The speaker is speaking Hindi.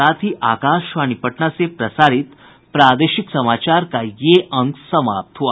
इसके साथ ही आकाशवाणी पटना से प्रसारित प्रादेशिक समाचार का ये अंक समाप्त हुआ